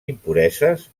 impureses